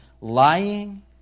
lying